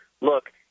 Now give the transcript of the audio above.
look